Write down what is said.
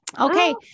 okay